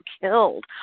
killed